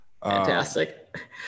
fantastic